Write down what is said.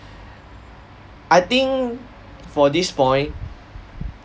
I think for this point